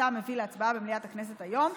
שאותה הוא הביא להצבעה במליאת הכנסת היום,